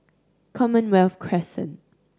Commonwealth Crescent